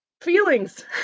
Feelings